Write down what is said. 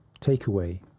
takeaway